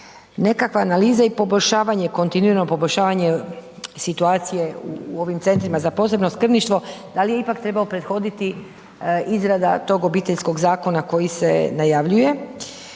nekakva analiza i poboljšavanje, kontinuirano poboljšavanje situacije u ovim centrima za posebno skrbništvo, da li je ipak trebao prethoditi izrada tog Obiteljskog zakona koji se najavljuje